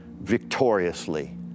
victoriously